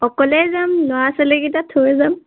অকলেই যাম ল'ৰা ছোৱালীকেইটা থৈ যাম